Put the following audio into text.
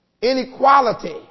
Inequality